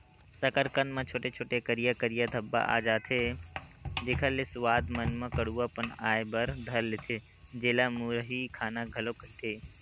कसरकंद म छोटे छोटे, करिया करिया धब्बा आ जथे, जेखर ले सुवाद मन म कडुआ पन आय बर धर लेथे, जेला मुरही खाना घलोक कहिथे